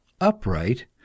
upright